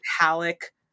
metallic